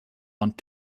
want